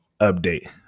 update